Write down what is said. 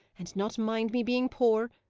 and not mind me being poor,